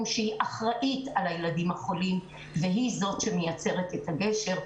שהיא אחראית על הילדים החולים והיא זו שמייצרת את הגשר,